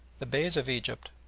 the beys of egypt,